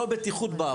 לא בטיחות בעבודה.